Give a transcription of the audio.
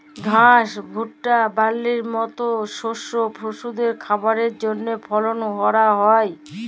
ঘাস, ভুট্টা, বার্লির মত শস্য পশুদের খাবারের জন্হে ফলল ক্যরা হ্যয়